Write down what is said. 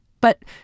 But